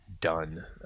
done